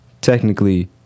technically